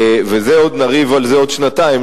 ועל זה נריב עוד שנתיים,